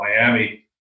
Miami